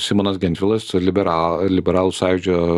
simonas gentvilas libera ir liberalų sąjūdžio